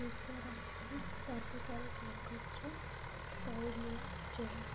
ତେଜରାତି ତାଲିକାରେ କାଗଜ ତଉଲିଆ ଯୋଡ଼